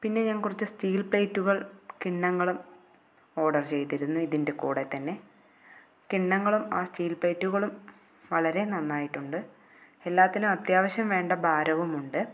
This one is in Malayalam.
പിന്നെ ഞാൻ കുറച്ച് സ്റ്റീൽ പ്ലേറ്റുകൾ കിണ്ണങ്ങളും ഓർഡർ ചെയ്തിരുന്നു ഇതിൻ്റെ കൂടെ തന്നെ കിണ്ണങ്ങളും ആ സ്റ്റീൽ പ്ലേറ്റുകളും വളരെ നന്നായിട്ടുണ്ട് എല്ലാത്തിനും അത്യാവശ്യം വേണ്ട ഭാരവുമുണ്ട്